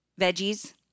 veggies